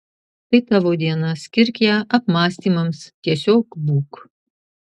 tai tavo diena skirk ją apmąstymams tiesiog būk